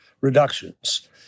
Reductions